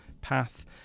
path